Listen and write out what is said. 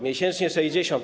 Miesięcznie 60 zł.